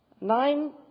Nine